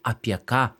apie ką